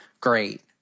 great